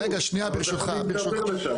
אבל זה יכול להידרדר לשם.